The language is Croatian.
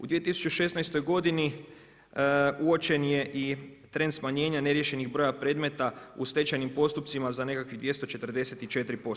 U 2016. uopćen je i trend smanjenja neriješenih broja predmeta u stečajnim postupcima za nekakvih 244%